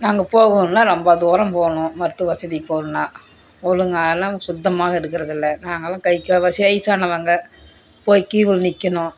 நாங்கள் போவோன்னா ரொம்ப தூரம் போகணும் மருத்துவ வசதி போகணுன்னா ஒழுங்காகலாம் சுத்தமாக இருக்கிறது இல்லை நாங்கள்லாம் கைக்கா வயதானவங்க போய் கியூவில் நிற்கணும்